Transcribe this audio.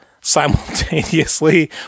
simultaneously